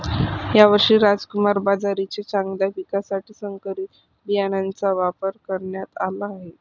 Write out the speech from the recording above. यावर्षी रामकुमार बाजरीच्या चांगल्या पिकासाठी संकरित बियाणांचा वापर करण्यात आला आहे